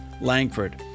Langford